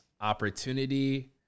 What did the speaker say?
opportunity